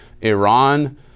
Iran